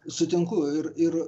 sutinku ir ir